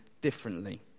differently